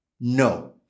no